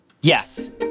Yes